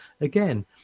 again